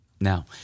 Now